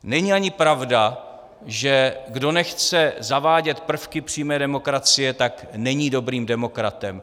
Není ani pravda, že kdo nechce zavádět prvky přímé demokracie, tak není dobrým demokratem.